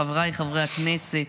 אדוני היושב בראש, חבריי חברי הכנסת,